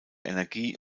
energie